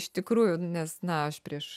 iš tikrųjų nes na aš prieš